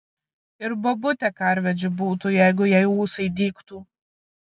ir bobutė karvedžiu būtų jeigu jai ūsai dygtų